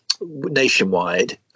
Nationwide